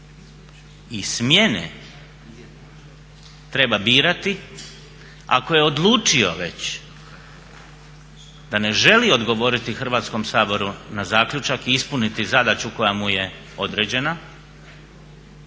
i smjene treba birati, ako je odlučio već da ne želi odgovoriti Hrvatskom saboru na zaključak i ispuniti zadaću koja mu je određena